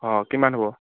অ' কিমান হ'ব